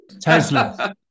Tesla